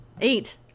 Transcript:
eight